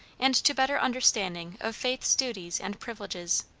and to better understanding of faith's duties and privileges.